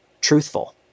truthful